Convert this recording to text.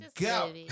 go